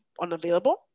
unavailable